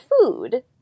food